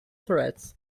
threads